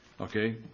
Okay